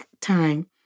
time